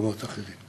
למקומות אחרים.